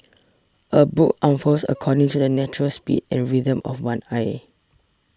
a book unfurls according to the natural speed and rhythm of one eye